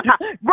right